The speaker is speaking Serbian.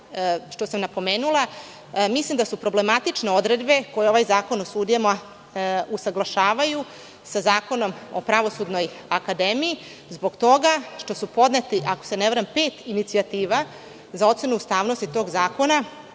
izlaganju napomenula, mislim da su problematične odredbe koje ovaj Zakon o sudijama usaglašavaju sa Zakonom o Pravosudnoj akademiji zbog toga što su podnete, ako se ne varam, pet inicijativa za ocenu ustavnosti tog zakona,